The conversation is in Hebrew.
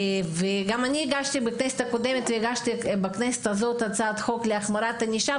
וגם אני הגשתי בכנסת הקודמת ובכנסת הזאת הצעת חוק להחמרת ענישה,